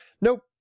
nope